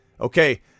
Okay